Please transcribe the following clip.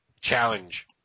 challenge